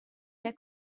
der